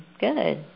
Good